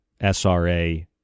SRA